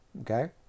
okay